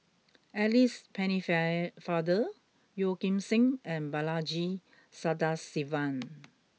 Alice Penne Fire Father Yeo Kim Seng and Balaji Sadasivan